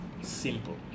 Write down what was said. Simple